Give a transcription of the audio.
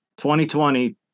2020